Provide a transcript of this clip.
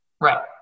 Right